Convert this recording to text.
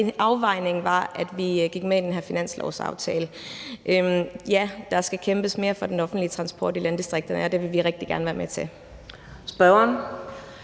resulterede i, at vi gik med i den her finanslovsaftale. Ja, der skal kæmpes mere for den offentlige transport i landdistrikterne, og det vil vi rigtig gerne være med til.